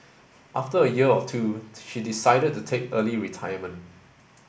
after a year or two she decided to take early retirement